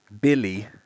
Billy